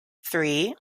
three